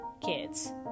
kids